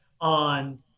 on